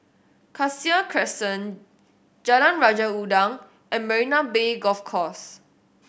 Cassia Crescent Jalan Raja Udang and Marina Bay Golf Course